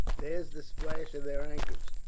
there's the splash of their anchors.